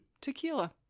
Tequila